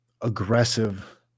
aggressive